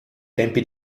tempi